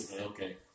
okay